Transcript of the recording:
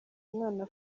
umwana